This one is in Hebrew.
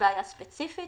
בעיה ספציפית?